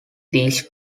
these